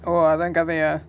oh அதா கதயா:atha kathaya